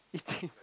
eating